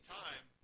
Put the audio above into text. time